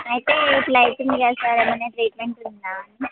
అయితే ఇట్లా అవుతుంది కదా సార్ ఏమైనా ట్రీట్మెంట్ ఉందా అని